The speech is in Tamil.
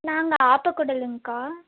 நாங்கள் ஆப்பை கடலுங்க அக்கா